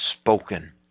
spoken